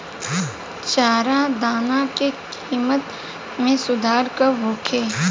चारा दाना के किमत में सुधार कब होखे?